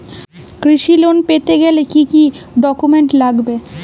কৃষি লোন পেতে গেলে কি কি ডকুমেন্ট লাগবে?